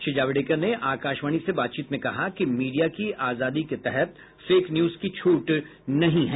श्री जावडेकर ने आकाशवाणी से बातचीत में कहा कि मीडिया की आजादी के तहत फेक न्यूज की छूट नहीं है